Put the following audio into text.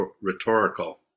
rhetorical